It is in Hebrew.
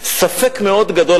ספק מאוד גדול,